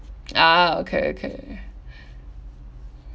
ah okay okay